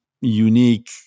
unique